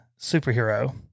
superhero